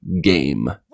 game